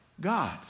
God